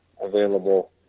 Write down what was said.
available